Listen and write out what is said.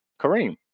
Kareem